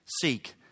seek